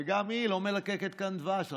וגם היא לא מלקקת כאן דבש,